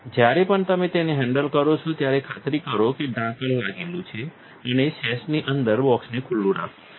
જ્યારે પણ તમે તેને હેન્ડલ કરો છો ત્યારે ખાતરી કરો કે ઢાંકણ લગાવેલું છે અને સેશની અંદર બોક્સને ખુલ્લું રાખો